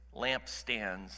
lampstands